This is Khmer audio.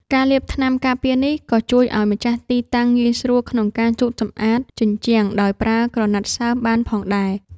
ការលាបថ្នាំការពារនេះក៏ជួយឱ្យម្ចាស់ទីតាំងងាយស្រួលក្នុងការជូតសម្អាតជញ្ជាំងដោយប្រើក្រណាត់សើមបានផងដែរ។